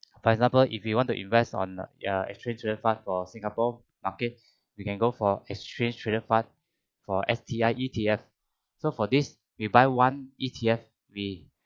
for example if you want to invest on uh exchange traded fund for singapore markets we can go for exchange traded fund for S_T_I E_T_F so for this we buy one E_T_F we